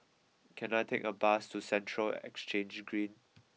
can I take a bus to Central Exchange Green